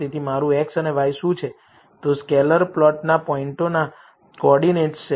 તેથી મારું x અને y શું છે તે સ્કેટર પ્લોટના પોઇન્ટ્સના કોઓર્ડિનેટ્સ છે